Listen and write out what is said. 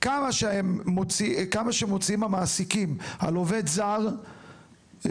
כמה שמוציאים המעסיקים על עובד זר בהעסקה,